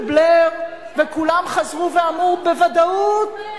ובלייר, וכולם חזרו ואמרו בוודאות: בוודאי,